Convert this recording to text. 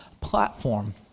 platform